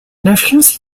l’influence